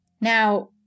Now